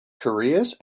careers